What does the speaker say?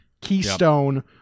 Keystone